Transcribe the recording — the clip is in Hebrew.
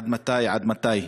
עד מתי?